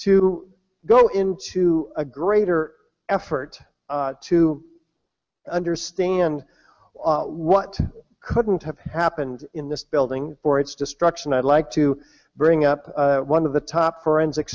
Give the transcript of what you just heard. to go into a greater effort to understand what couldn't have happened in this building or its destruction i'd like to bring up one of the top forensic